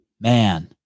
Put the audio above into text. man